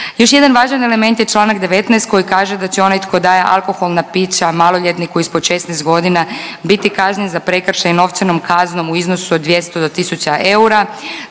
Još jedan važan element je čl. 19 koji kaže da će onaj tko daje alkoholna pića maloljetniku ispod 16 godina biti kažnjeni za prekršaj novčanom kaznom u iznosu od 200 do 1 000 eura.